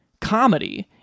comedy